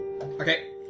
Okay